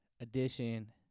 edition